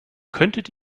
könntet